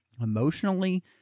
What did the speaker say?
emotionally